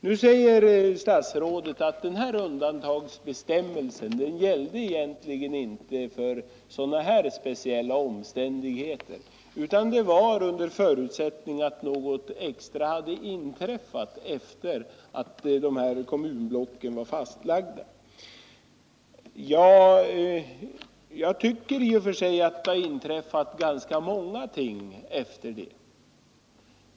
Nu säger statsrådet att den här undantagsbestämmelsen egentligen inte avsåg sådana här speciella omständigheter utan den skulle gälla under förutsättning att något extra hade inträffat efter det att kommunblocken var fastlagda. Jag tycker att det i och för sig har inträffat ganska många ting sedan dess.